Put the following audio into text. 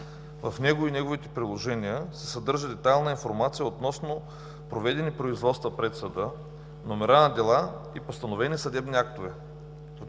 В него и неговите приложения се съдържа детайлна информация относно проведени производства пред съда, номера на дела и постановени съдебни актове.